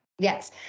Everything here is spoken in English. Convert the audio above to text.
Yes